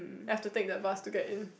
I have to take the bus to get in